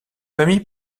famille